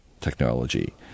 technology